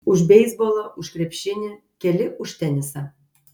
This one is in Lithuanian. už beisbolą už krepšinį keli už tenisą